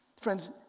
Friends